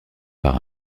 par